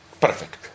perfect